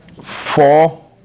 four